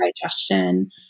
digestion